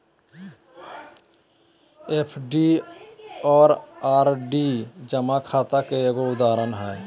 FD आरो RD जमा खाता के एगो उदाहरण हय